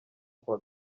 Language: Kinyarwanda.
kuwa